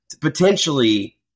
potentially